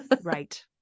Right